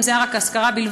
אם זה היה להשכרה בלבד,